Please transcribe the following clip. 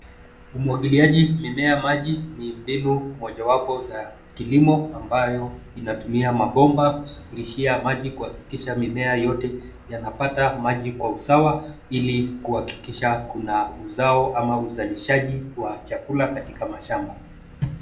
Umwagiliaji mimea maji ni mbinu mojawapo za kilimo ambayo inatumia mabomba kusafirishia maji kuhakikisha mimea yote yanapata maji kwa usawa ili kuhakikisha kuna uzao ama uzalishaji wa chakula katika mashamba.